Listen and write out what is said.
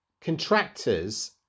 contractors